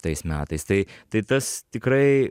tais metais tai tai tas tikrai